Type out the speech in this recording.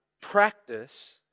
practice